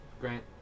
Grant